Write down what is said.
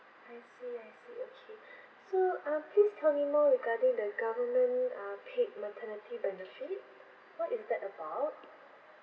I see I see okay so uh please tell me more regarding the government uh paid maternity benefit what is that about